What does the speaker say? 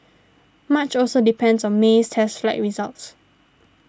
much also depends on May's test flight results